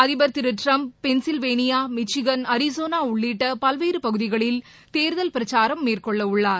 அதிபர் திருடிரம்ப் Pennsylvania Michigan அரிசோனாஉள்ளிட்டபல்வேறுபகுதிகளில் தேர்தல் பிரச்சாரம் மேற்கொள்ளஉள்ளார்